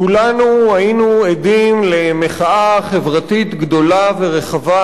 כולנו היינו עדים למחאה חברתית גדולה ורחבה